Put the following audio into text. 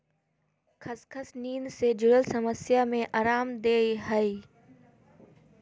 खसखस नींद से जुरल समस्या में अराम देय हइ